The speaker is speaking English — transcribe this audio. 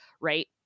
Right